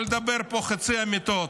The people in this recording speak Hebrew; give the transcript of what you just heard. אל תדבר פה חצאי אמיתות.